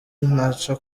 naca